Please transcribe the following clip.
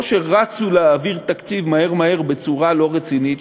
או שרצו להעביר תקציב מהר מהר בצורה לא רצינית,